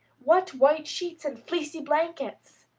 what white sheets and fleecy blankets!